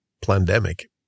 pandemic